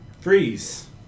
Freeze